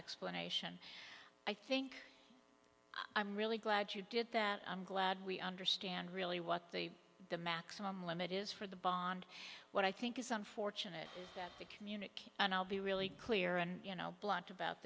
explanation i think i'm really glad you did that i'm glad we understand really what the the maximum limit is for the bond what i think is unfortunate is that the community and i'll be really clear and you know blunt about